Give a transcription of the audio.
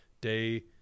day